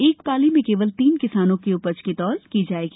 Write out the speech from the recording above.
एक पाली में केवल तीन किसानों की उपज की तौल की जाएगी